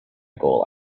goal